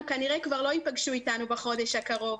כנראה כבר לא ייפגשו אתנו בחודש הקרוב.